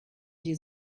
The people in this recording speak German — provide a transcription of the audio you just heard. die